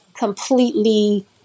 completely